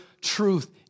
truth